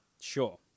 Sure